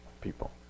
people